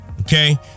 okay